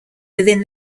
within